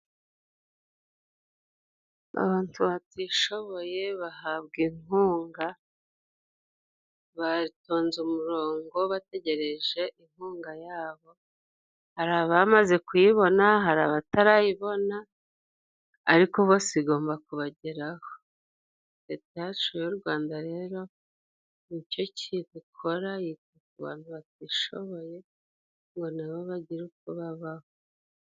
Abantu batishoboye bahabwa inkunga batonze umurongo bategereje inkunga yabo, hari abamaze kuyibona, hari abatarayibona, ariko bose igomba kubageraho. Leta yacu y'u Rwanda rero nicyo kintu ikora yita ku bantu batishoboye ngo nabo bagire uko babaho.